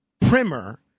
Primer